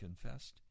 confessed